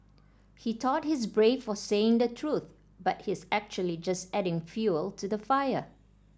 he thought he's brave for saying the truth but he's actually just adding fuel to the fire